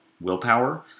willpower